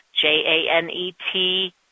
J-A-N-E-T